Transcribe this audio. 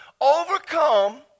overcome